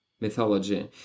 mythology